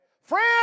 friends